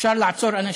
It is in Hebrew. אפשר לעצור אנשים,